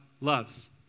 loves